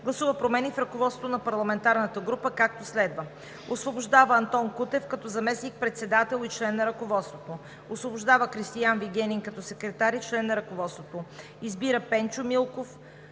гласува промени в ръководството на парламентарната група, както следва: Освобождава Антон Кутев като заместник-председател и член на ръководството. Освобождава Кристиан Вигенин като секретар и член на ръководството. Избира Пенчо Милков,